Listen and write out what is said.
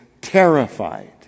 terrified